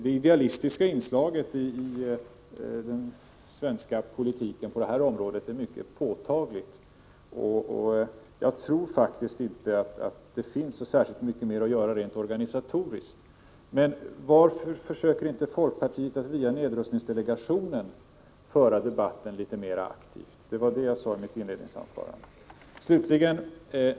Det idealistiska inslaget i den svenska politiken på det här området är mycket påtagligt, och jag tror faktiskt inte att det finns särskilt mycket mer att göra rent organisatoriskt. Men varför försöker inte folkpartiet att via nedrustningsdelegationen föra debatten litet mer aktivt? Det var det som jag sade i mitt inledningsanförande.